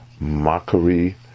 mockery